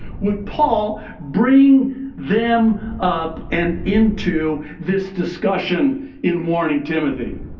would paul bring them up and into this discussion in warning timothy?